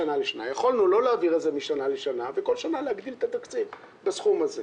יכולנו לא להעביר את זה משנה לשנה וכל שנה להגדיל את התקציב בסכום הזה.